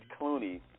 Clooney